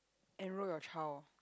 enroll your child